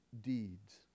deeds